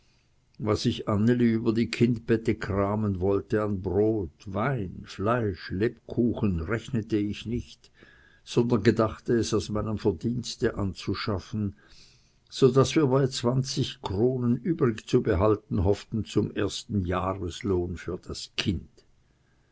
was ich anneli über die kindbetti kramen wollte an brot wein fleisch lebkuchen rechnete ich nicht sondern gedachte es aus meinem verdienste anzuschaffen so daß wir bei zwanzig kronen übrig zu behalten hofften zum ersten jahreslohn für das kind